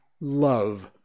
love